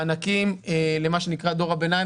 מענקים למה שנקרא דור הביניים,